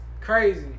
Crazy